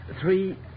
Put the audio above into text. three